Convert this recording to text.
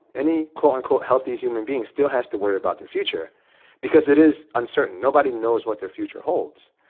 any quote unquote, healthy human being still has to worry about their future because it is uncertain. nobody knows what their future holds.